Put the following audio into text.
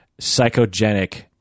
psychogenic